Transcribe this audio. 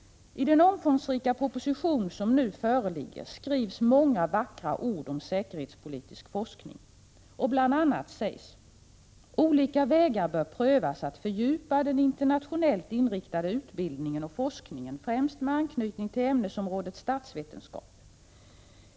I den omfångsrika proposition som nu föreligger skrivs många vackra ord om säkerhetspolitisk forskning. Bl. a. heter det: ”Olika vägar bör prövas för att fördjupa den internationellt inriktade utbildningen och forskningen främst med anknytning till ämnesområdet statsvetenskap.